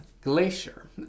glacier